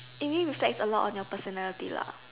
it really reflects a lot on your personality lah